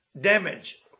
damage